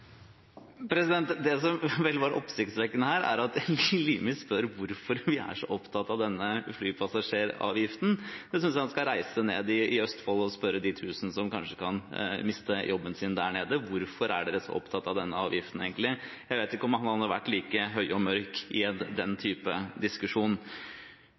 Det som vel er oppsiktsvekkende her, er at Limi spør hvorfor vi er så opptatt av denne flypassasjeravgiften. Jeg synes han skal reise ned til Østfold og spørre de tusen som kanskje kan miste jobben sin der nede: Hvorfor er dere så opptatt av denne avgiften, egentlig? Jeg vet ikke om han hadde vært like høy og mørk i den typen diskusjon.